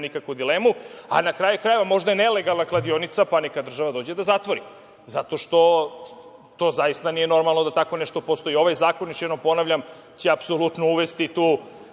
nikakvu dilemu. Na kraju krajeva, možda je nelegalna kladionica pa neka država dođe da zatvori zato što to zaista nije normalno da tako nešto postoji. Ovaj zakon, još jednom ponavljam, će apsolutno uvesti tu